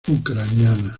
ucraniana